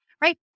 right